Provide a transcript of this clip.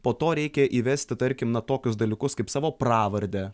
po to reikia įvesti tarkim na tokius dalykus kaip savo pravardę